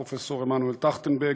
פרופ' עמנואל טרכטנברג.